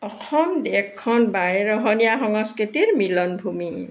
অসম দেশখন বাৰে ৰহণীয়া সংস্কৃতিৰ মিলনভূমি